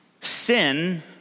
sin